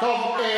טוב,